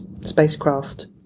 spacecraft